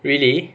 really